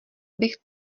bych